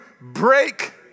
break